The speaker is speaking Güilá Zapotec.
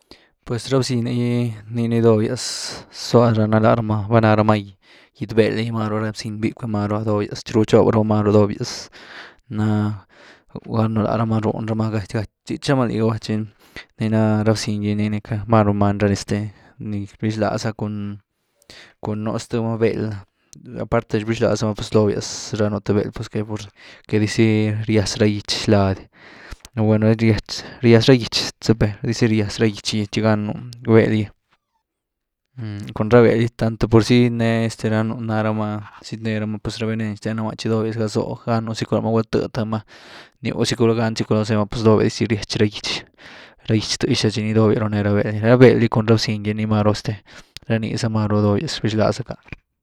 Pues rá bziny gy ni ni dobliaz zlúa raná la ramá, va ná ramá gyidy-bëel’e gy, má’ru rá bziny býcwé má’ru doblyas txi rëetxob ramá ma’ru doblyas ná gánu laa ramá ruhn ramá gaty-gaty rchitx ráma liga va txi ni ná rá bziny niny máru este ny rbyxláza cun nú zty mah beld ná, aparte de nii rbyxlaza láma pues doblyas gánu th beld porque pues que dizëe ryatx ra gitx-ládyw, nú gueld ryaz ra gytx, zëe’pe, dëzy riaz ra gytx gy txi gánu’ ra beld gy, cun ra beld gy tanto por zy n’ee ranu náh ramá, zyetnee ramá pues r avenen xten ráma txi doblyas zlwó gán zycu lá rama, gulá tëedy th ma ný’w zycu, gulá gánzy cu caloo zéma pues doblyas dizy ryaz rá gitx ra gitx tëxá txi doblyas runé ra beld gy cun rá bziny gy. Nii máru este rá niza máru doblyas rbyxlaz-zacká.